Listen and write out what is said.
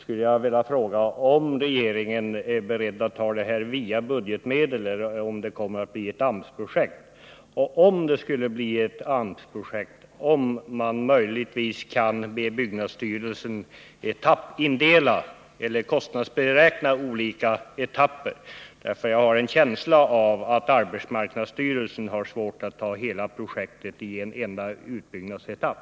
Är regeringen beredd att finansiera detta projekt med budgetmedel, eller kommer det att bli ett AMS-projekt? Om det blir ett AMS-projekt, kan man då be byggnadsstyrelsen kostnadsberäkna olika etapper? Jag har nämligen en känsla av att arbetsmarknadsstyrelsen får svårt att ta hela projektet i en enda utbyggnadsetapp.